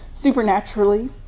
supernaturally